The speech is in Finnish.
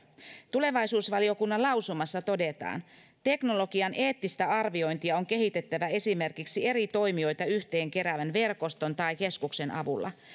tulevaisuusvaliokunnan lausumassa todetaan teknologian eettistä arviointia on kehitettävä esimerkiksi eri toimijoita yhteen keräävän verkoston tai keskuksen avulla